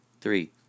Three